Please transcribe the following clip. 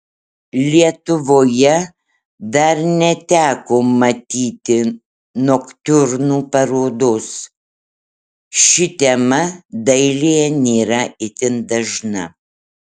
lietuvoje dar neteko matyti noktiurnų parodos ši tema dailėje nėra itin dažna